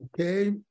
okay